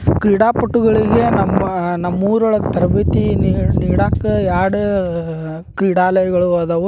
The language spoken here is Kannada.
ಕ್ರೀಡಾಪಟುಗಳಿಗೆ ನಮ್ಮ ನಮ್ಮೂರೊಳಗೆ ತರ್ಬೇತಿ ನೀಡಿ ನೀಡಾಕೆ ಎರಡು ಕ್ರೀಡಾಲಯಗಳು ಅದಾವು